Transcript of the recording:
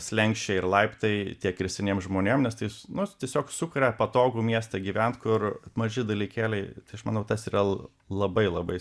slenksčiai ir laiptai tiek ir seniem žmonėm nes tais nu tiesiog sukuria patogų miestą gyvent kur maži dalykėliai tai aš manau tas rel labai labai